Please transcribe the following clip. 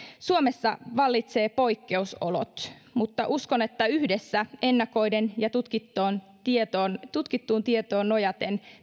suomessa vallitsevat poikkeusolot mutta uskon että yhdessä ennakoiden ja tutkittuun tietoon tutkittuun tietoon nojaten